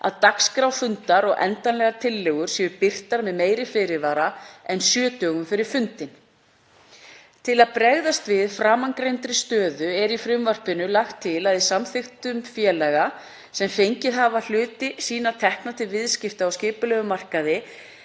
að dagskrá fundar og endanlegar tillögur séu birtar með meiri fyrirvara en sjö dögum fyrir fundinn. Til að bregðast við framangreindri stöðu er í frumvarpinu lagt til að í samþykktum félaga sem fengið hafa hluti sína tekna til viðskipta á skipulegum markaði